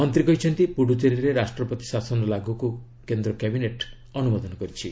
ମନ୍ତ୍ରୀ କହିଛନ୍ତି ପୁଡୁଚେରୀରେ ରାଷ୍ଟ୍ରପତି ଶାସନ ଲାଗୁକୁ କେନ୍ଦ୍ର କ୍ୟାବିନେଟ୍ ଅନୁମୋଦନ କରିଛି